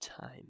time